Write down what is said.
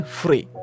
free